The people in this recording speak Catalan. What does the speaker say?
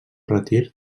retir